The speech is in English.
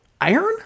iron